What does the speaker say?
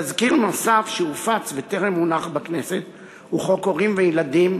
תזכיר נוסף שהופץ וטרם הונח בכנסת הוא חוק הורים וילדים,